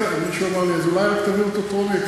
ומישהו אמר לי: אז אולי רק תביאו אותו טרומית,